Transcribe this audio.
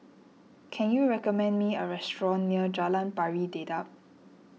can you recommend me a restaurant near Jalan Pari Dedap